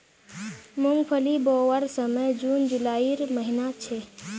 मूंगफली बोवार समय जून जुलाईर महिना छे